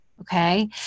Okay